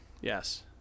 yes